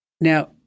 Now